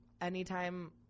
anytime